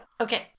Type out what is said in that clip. Okay